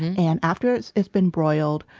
and after it's it's been broiled,